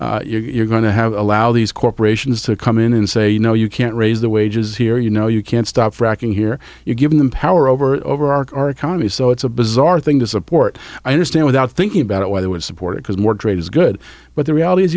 hour you're going to have allow these corporations to come in and say you know you can't raise the wages here you know you can't stop fracking here you're giving them power over over our core economies so it's a bizarre thing to support i understand without thinking about why they would support it because more trade is good but the realit